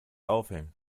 aufhängen